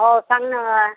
हो सांग ना वा